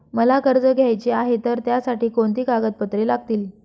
मला कर्ज घ्यायचे आहे तर त्यासाठी कोणती कागदपत्रे लागतील?